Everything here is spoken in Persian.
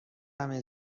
همه